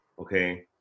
okay